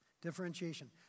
Differentiation